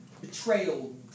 betrayal